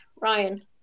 Ryan